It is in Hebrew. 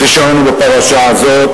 כפי שראינו בפרשה הזו,